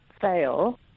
fail